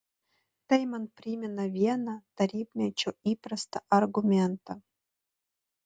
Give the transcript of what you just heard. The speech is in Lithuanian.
tai man primena vieną tarybmečiu įprastą argumentą